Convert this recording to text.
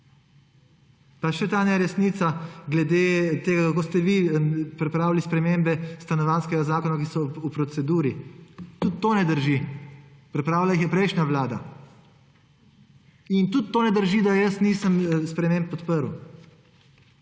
Pa še ta neresnica glede tega, kako ste vi pripravili spremembe stanovanjskega zakona, ki so v proceduri. Tudi to ne drži. Pripravila jih je prejšnja vlada. In tudi to ne drži, da jaz nisem sprememb podprl.